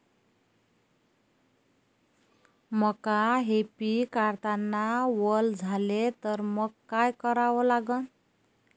मका हे पिक काढतांना वल झाले तर मंग काय करावं लागन?